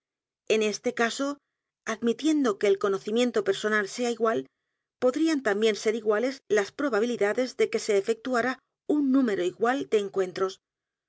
en este caso admitiendo que el conocimiento personal sea igual podrían también ser iguales las probabilidades de que se efectuara un número igual de encuentros